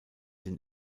den